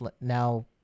now